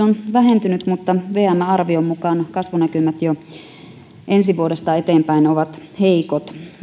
on vähentynyt mutta vmn arvion mukaan kasvunäkymät jo ensi vuodesta eteenpäin ovat heikot